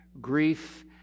grief